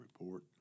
report